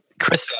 Krista